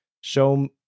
show